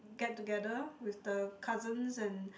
get together with the cousins and